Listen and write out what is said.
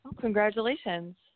Congratulations